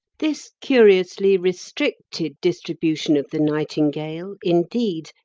this curiously restricted distribution of the nightingale, indeed,